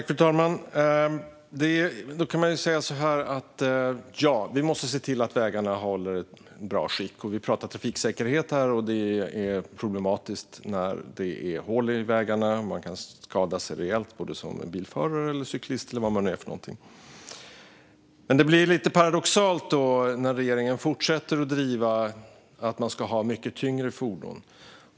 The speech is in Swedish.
Fru talman! Vi måste se till att vägarna har ett bra skick. Vi pratar om trafiksäkerhet här, och det är problematiskt när det är hål i vägarna. Man kan skada sig rejält som cyklist, bilförare och så vidare. Men det blir lite paradoxalt när regeringen fortsätter att driva att man ska ha mycket tyngre fordon.